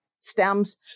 stems